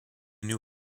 new